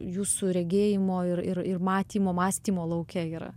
jūsų regėjimo ir ir matymo mąstymo lauke yra